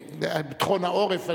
ביטחון העורף,